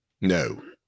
No